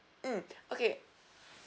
mm okay